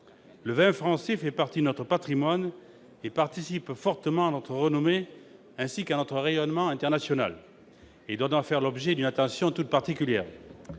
Le vin français fait partie de notre patrimoine et participe fortement à notre renommée, ainsi qu'à notre rayonnement international. Il doit donc faire l'objet d'une attention toute particulière.